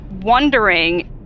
wondering